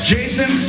Jason